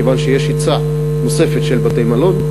כיוון שיש היצע נוסף של בתי-מלון,